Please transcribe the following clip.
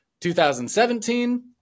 2017